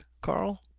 Carl